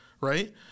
Right